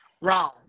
Wrong